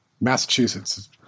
Massachusetts